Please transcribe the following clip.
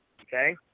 Okay